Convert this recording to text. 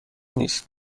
نیست